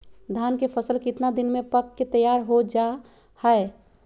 धान के फसल कितना दिन में पक के तैयार हो जा हाय?